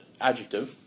adjective